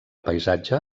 paisatge